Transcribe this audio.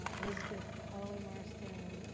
elizabeth holloway marston.